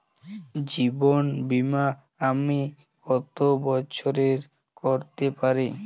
জীবন বীমা আমি কতো বছরের করতে পারি?